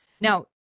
Now